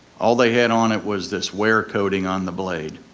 all they had on it was this wear coating on the blade.